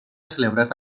celebrat